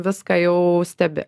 viską jau stebi